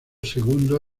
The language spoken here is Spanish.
segundo